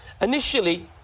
initially